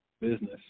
business